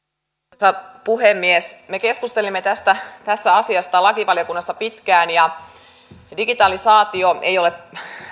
arvoisa puhemies me keskustelimme tästä asiasta lakivaliokunnassa pitkään digitalisaatio ei ole